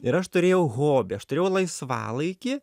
ir aš turėjau hobį aš turėjau laisvalaikį